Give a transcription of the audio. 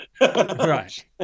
Right